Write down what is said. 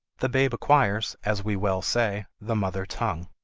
the babe acquires, as we well say, the mother tongue.